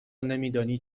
نمیدانی